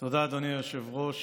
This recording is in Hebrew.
תודה, אדוני היושב-ראש.